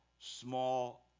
small